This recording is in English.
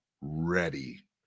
ready